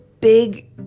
big